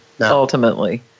ultimately